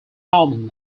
carmen